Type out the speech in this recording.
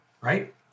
right